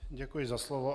Děkuji za slovo.